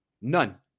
None